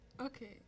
Okay